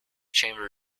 chamber